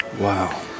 Wow